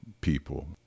people